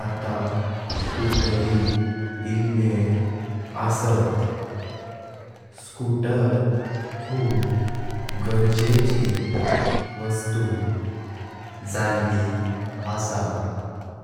आता स्कूटरि इलल्लें असात। स्कूटर खूप गरजेची वस्तु जाली आसा।